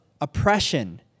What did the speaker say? oppression